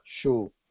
show